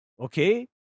Okay